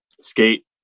skate